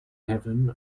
heaven